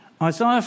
Isaiah